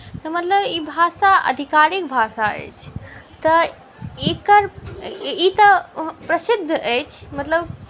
तऽ मतलब ई भाषा अधिकारिक भाषा अछि तऽ एकर ई तऽ प्रसिद्ध अछि मतलब